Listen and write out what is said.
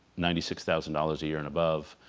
ninety six thousand dollars a year and above,